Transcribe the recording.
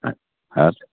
हवस्